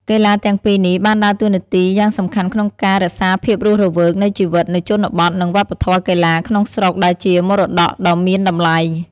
កីឡាទាំងពីរនេះបានដើរតួនាទីយ៉ាងសំខាន់ក្នុងការរក្សាភាពរស់រវើកនៃជីវិតនៅជនបទនិងវប្បធម៌កីឡាក្នុងស្រុកដែលជាមរតកដ៏មានតម្លៃ។